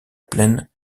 plaine